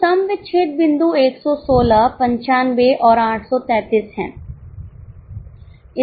तो सम विच्छेद बिंदु 116 95 और 833 है